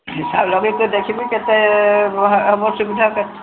ଆଉ ରହିକି ଦେଖିବି କେତେ ହେବ ସୁବିଧା ଆଉ